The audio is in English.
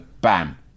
bam